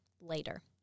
later